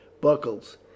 Buckles